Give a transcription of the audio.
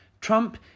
Trump